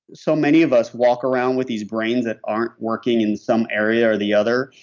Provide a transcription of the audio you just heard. so many of us walk around with these brains that aren't working in some area or the other,